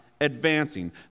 Advancing